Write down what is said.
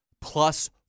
plus